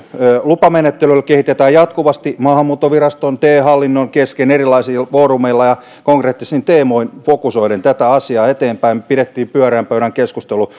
lupamenettelyä kehitetään jatkuvasti maahanmuuttoviraston ja te hallinnon kesken erilaisilla foorumeilla ja konkreettisin teemoin fokusoiden tätä asiaa eteenpäin me pidimme pyöreän pöydän keskustelun